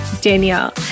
Danielle